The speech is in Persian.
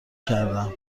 کردهام